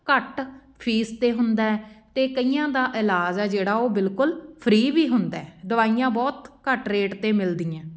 ਘੱਟ ਫੀਸ 'ਤੇ ਹੁੰਦਾ ਅਤੇ ਕਈਆਂ ਦਾ ਇਲਾਜ ਹੈ ਜਿਹੜਾ ਉਹ ਬਿਲਕੁਲ ਫ੍ਰੀ ਵੀ ਹੁੰਦਾ ਦਵਾਈਆਂ ਬਹੁਤ ਘੱਟ ਰੇਟ 'ਤੇ ਮਿਲਦੀਆਂ